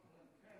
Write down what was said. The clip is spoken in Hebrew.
יש שר?